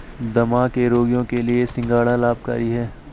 दमा के रोगियों के लिए सिंघाड़ा लाभकारी है